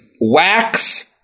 wax